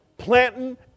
planting